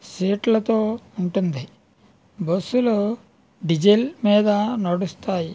సీట్లతో ఉంటుంది బస్సులు డీజల్ మీద నడుస్తాయి